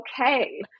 okay